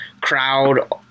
crowd